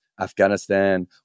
Afghanistan